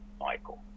Michael